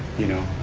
you know,